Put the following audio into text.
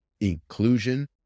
inclusion